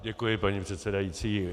Děkuji, paní předsedající.